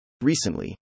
recently